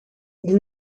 ils